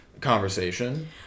conversation